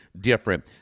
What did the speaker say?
different